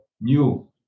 new